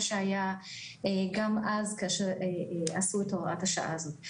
שהיה גם אז כאשר עשו את הוראת השעה הזאת.